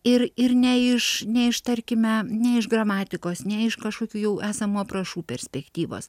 ir ir ne iš ne iš tarkime ne iš gramatikos ne iš kažkokių jau esamų aprašų perspektyvos